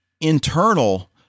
internal